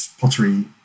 pottery